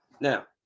Now